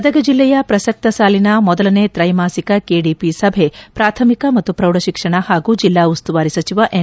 ಗದಗ ಜಿಲ್ಲೆಯ ಪ್ರಸಕ್ತ ಸಾಲಿನ ಮೊದಲನೇ ತ್ರೈಮಾಸಿಕ ಕೆಡಿಪಿ ಸಭೆ ಪ್ರಾಥಮಿಕ ಮತ್ತು ಪ್ರೌಢಶಿಕ್ಷಣ ಹಾಗೂ ಜಿಲ್ಲಾ ಉಸ್ತುವಾರಿ ಸಚಿವ ಎನ್